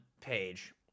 page